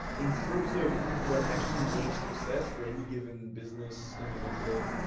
in terms of what actually makes success for any given business, individual,